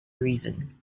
reason